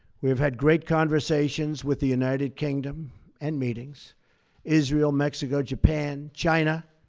we've had great conversations with the united kingdom and meetings israel, mexico, japan, china,